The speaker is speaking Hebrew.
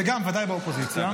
וגם ודאי באופוזיציה,